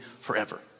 forever